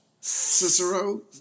Cicero